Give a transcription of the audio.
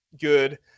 good